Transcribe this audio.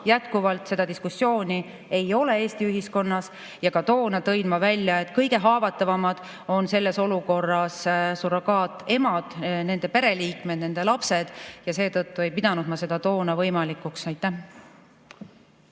jätkuvalt, seda diskussiooni Eesti ühiskonnas ei ole. Ka toona tõin ma välja, et kõige haavatavamad on selles olukorras surrogaatemad, nende pereliikmed, nende lapsed, ja seetõttu ei pidanud ma seda toona võimalikuks.